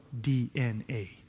DNA